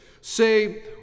say